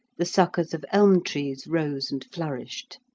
the suckers of elm-trees rose and flourished.